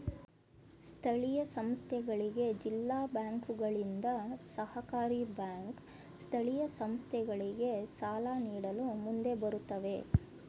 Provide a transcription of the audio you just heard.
ಸ್ಥಳೀಯ ಸಂಸ್ಥೆಗಳಿಗೆ ಜಿಲ್ಲಾ ಬ್ಯಾಂಕುಗಳಿಂದ, ಸಹಕಾರಿ ಬ್ಯಾಂಕ್ ಸ್ಥಳೀಯ ಸಂಸ್ಥೆಗಳಿಗೆ ಸಾಲ ನೀಡಲು ಮುಂದೆ ಬರುತ್ತವೆ